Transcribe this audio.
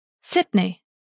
Sydney